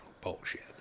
bullshit